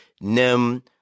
Nim